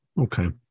Okay